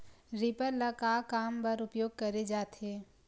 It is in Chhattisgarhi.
रीपर ल का काम बर उपयोग करे जाथे?